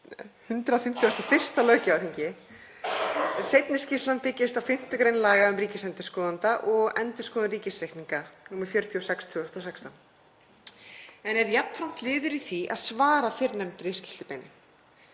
151. löggjafarþingi. Seinni skýrslan byggist á 5. gr. laga um ríkisendurskoðanda og endurskoðun ríkisreikninga, nr. 46/2016, en er jafnframt liður í því að svara fyrrnefndri skýrslubeiðni.